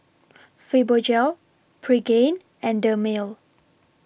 Fibogel Pregain and Dermale